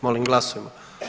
Molim glasujmo.